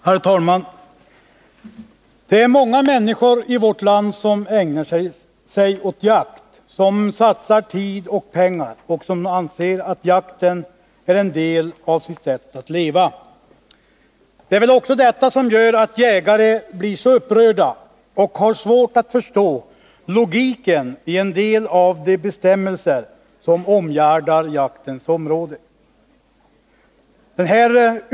Herr talman! Det är många människor i vårt land som ägnar sig åt jakt — som satsar tid och pengar och anser att jakten är en del av deras sätt att leva. Det är väl också detta som gör att jägare blir så upprörda och har svårt att förstå logiken i en del av de bestämmelser som omgärdar jakten.